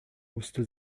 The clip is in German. musste